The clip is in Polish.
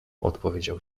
odpowiedział